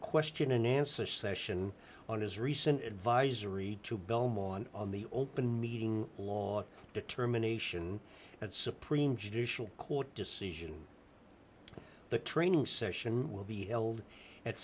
question and answer session on his recent advisory to belmont on the open meeting law determination at supreme judicial court decision in the training session will be held at